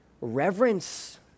reverence